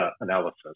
analysis